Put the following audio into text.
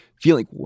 feeling